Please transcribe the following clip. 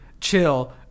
chill